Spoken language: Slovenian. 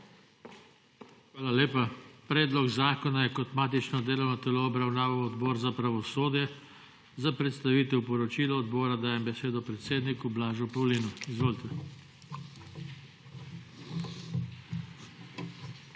Hvala lepa. Predlog zakona je kot matično delovno telo obravnaval Odbor za pravosodje. Za predstavitev poročila odbora dajem besedo predsedniku Blažu Pavlinu. Izvolite. **BLAŽ